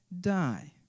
die